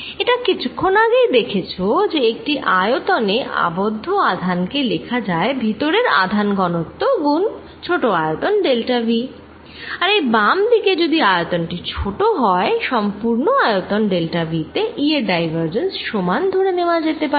এটা কিছুক্ষন আগেই দেখেছ যে একটি আয়তনে আবদ্ধ আধান কে লেখা যায় ভেতরের আধান ঘনত্ব গুন ছোট আয়তন ডেল্টা V আর এই বাম দিকে যদি আয়তন টি ছোট হয় সম্পূর্ণ আয়তন ডেল্টা V তে E এর ডাইভারজেন্স সমান ধরে নেওয়া যেতে পারে